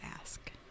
ask